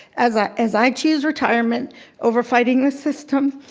as i as i choose retirement over fighting the system